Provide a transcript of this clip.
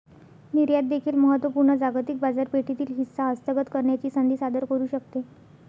निर्यात देखील महत्त्व पूर्ण जागतिक बाजारपेठेतील हिस्सा हस्तगत करण्याची संधी सादर करू शकते